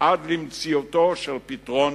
עד למציאתו של פתרון